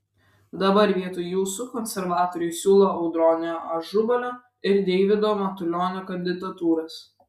dabar vietoj jūsų konservatoriai siūlo audronio ažubalio ir deivido matulionio kandidatūras